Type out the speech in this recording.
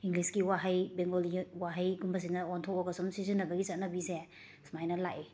ꯏꯪꯂꯤꯁꯀꯤ ꯋꯥꯍꯩ ꯕꯦꯡꯒꯣꯂꯤꯒꯤ ꯋꯥꯍꯩ ꯒꯨꯝꯕꯁꯤꯅ ꯑꯣꯟꯊꯣꯑꯒ ꯁꯨꯝ ꯁꯤꯖꯤꯟꯅꯕꯒꯤ ꯆꯠꯅꯕꯤꯁꯦ ꯁꯨꯃꯥꯏꯅ ꯂꯥꯛꯑꯦ